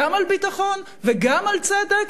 גם על ביטחון וגם על צדק,